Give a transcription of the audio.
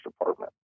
department